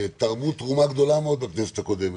תרמו תרומה גדולה מאוד בכנסת הקודמת,